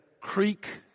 creek